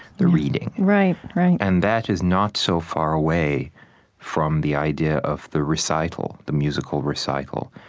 the reading. right, right and that is not so far away from the idea of the recital, the musical recital,